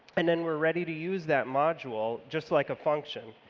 and then we're ready to use that module just like a function.